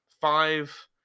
five